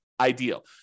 ideal